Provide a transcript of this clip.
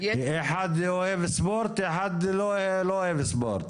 אחד אוהב ספורט או אחד לא אוהב ספורט.